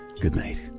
goodnight